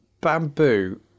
Bamboo